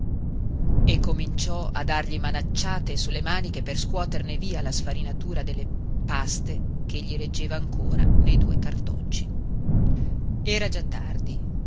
e cominciò a dargli manacciate su le maniche per scuoterne via la sfarinatura delle paste ch'egli reggeva ancora nei due cartocci era già tardi